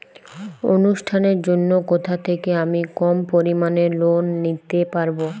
অনুষ্ঠানের জন্য কোথা থেকে আমি কম পরিমাণের লোন নিতে পারব?